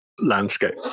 landscape